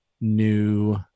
new